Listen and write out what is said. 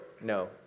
No